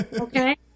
Okay